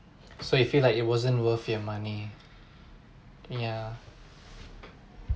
so you feel like it wasn't worth your money ya